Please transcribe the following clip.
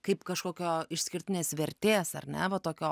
kaip kažkokio išskirtinės vertės ar ne va tokio